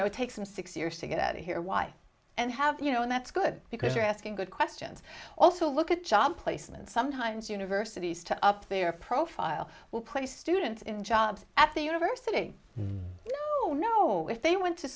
know it takes them six years to get out here wife and have you know that's good because you're asking good questions also look at job placement sometimes universities to up their profile will play students in jobs at the university you know no if they went to